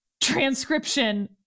transcription